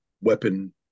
weapon